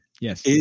Yes